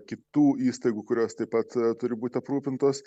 kitų įstaigų kurios taip pat turi būt aprūpintos